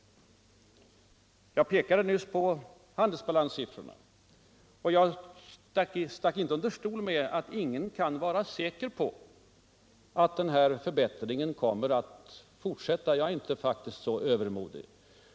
Jag pekade nyss på handelsbalanssiffrorna. Jag stack inte under stol med att ingen kan vara säker på att dagens förbättring kommer att fortsätta. Jag är faktiskt inte så övermodig.